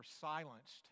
silenced